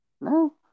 No